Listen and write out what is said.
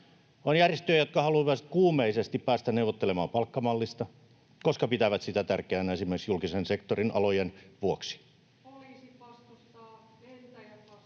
on järjestöjä, jotka haluavat myös kuumeisesti päästä neuvottelemaan palkkamallista, koska pitävät sitä tärkeänä esimerkiksi julkisen sektorin alojen vuoksi. [Eveliina Heinäluoma: Poliisit vastustaa,